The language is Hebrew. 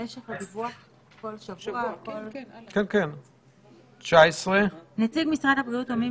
דיווח 19. נציג משרד הבריאות או מי